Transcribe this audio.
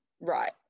right